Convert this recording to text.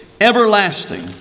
everlasting